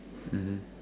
mmhmm